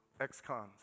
ex-cons